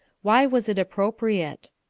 why was it appropriate?